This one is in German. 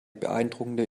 beeindruckende